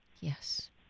Yes